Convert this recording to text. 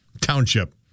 township